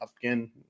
again